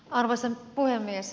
arvoisa puhemies